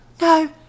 No